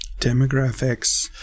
Demographics